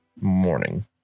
morning